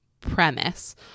premise